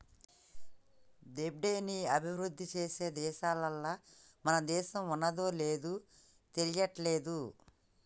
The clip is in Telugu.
దెబ్ట్ ని అభిరుద్ధి చేసే దేశాలల్ల మన దేశం ఉన్నాదో లేదు తెలియట్లేదు